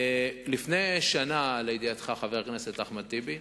לפני שנה, לידיעתך, חבר הכנסת אחמד טיבי,